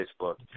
Facebook